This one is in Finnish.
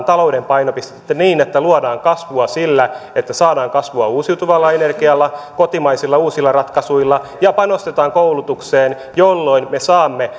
talouden painopistettä niin että luodaan kasvua sillä että saadaan kasvua uusiutuvalla energialla kotimaisilla uusilla ratkaisuilla ja panostetaan koulutukseen jolloin me saamme